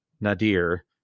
Nadir